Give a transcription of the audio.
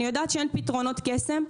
אני יודעת שאין פתרונות קסם.